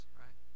right